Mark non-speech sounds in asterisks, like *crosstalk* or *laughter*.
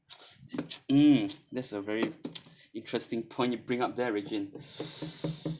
*noise* mm *noise* that's a very *noise* interesting point you bring up there regine *breath*